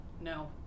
no